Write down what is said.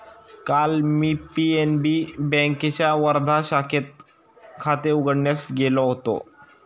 काल मी पी.एन.बी बँकेच्या वर्धा शाखेत खाते उघडण्यास गेलो होतो